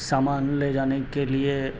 سامان لے جانے کے لیے